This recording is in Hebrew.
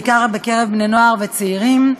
בעיקר בקרב בני-נוער וצעירים,